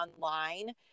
online